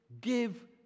give